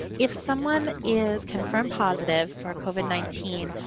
if someone is confirmed positive for covid nineteen,